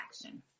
action